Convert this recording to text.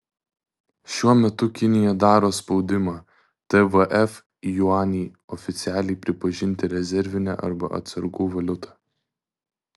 šiuo metu kinija daro spaudimą tvf juanį oficialiai pripažinti rezervine arba atsargų valiuta